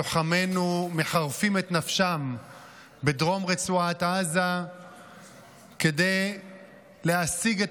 לוחמינו מחרפים את נפשם בדרום רצועת עזה כדי להשיג את